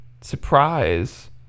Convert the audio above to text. surprise